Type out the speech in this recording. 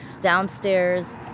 Downstairs